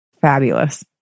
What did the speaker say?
fabulous